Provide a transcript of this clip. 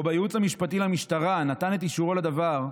בייעוץ המשפטי למשטרה נתן את אישורו לדבר,